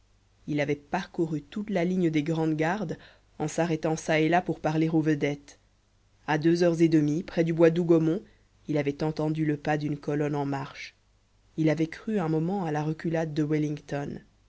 il avait parcouru toute la ligne des grand'gardes en s'arrêtent çà et là pour parler aux vedettes à deux heures et demie près du bois d'hougomont il avait entendu le pas d'une colonne en marche il avait cru un moment à la reculade de wellington